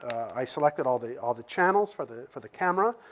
i selected all the all the channels for the for the camera.